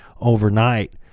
overnight